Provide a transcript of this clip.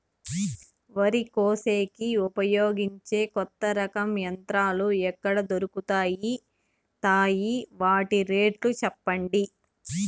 వరి కోసేకి ఉపయోగించే కొత్త రకం యంత్రాలు ఎక్కడ దొరుకుతాయి తాయి? వాటి రేట్లు చెప్పండి?